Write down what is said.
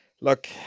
look